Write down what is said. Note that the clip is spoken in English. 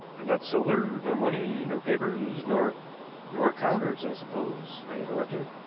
and not silver, nor money, nor papers, nor nor counters, i suppose, i interrupted.